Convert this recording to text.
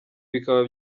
bikaba